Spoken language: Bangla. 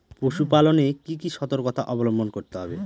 পশুপালন এ কি কি সর্তকতা অবলম্বন করতে হবে?